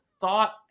thought